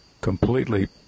completely